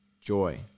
joy